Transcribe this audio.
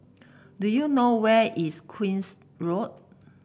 do you know where is Queen's Road